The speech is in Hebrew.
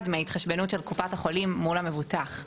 מההתחשבנות של קופת החולים מול המבוטח.